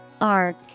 Arc